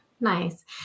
Nice